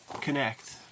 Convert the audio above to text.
connect